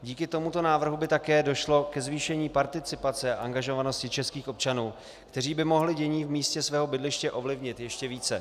Díky tomuto návrhu by také došlo ke zvýšení participace a angažovanosti českých občanů, kteří by mohli dění v místě svého bydliště ovlivnit ještě více.